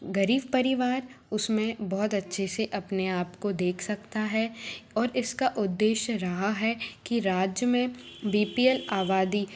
गरीब परिवार उसमें बहुत अच्छे से अपने आप को देख सकता है और इसका उद्देश्य रहा है कि राज्य में बी पी एल आबादी